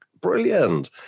brilliant